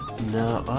no